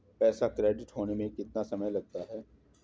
पैसा क्रेडिट होने में कितना समय लगता है?